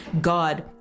God